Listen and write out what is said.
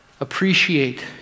appreciate